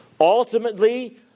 Ultimately